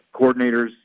coordinators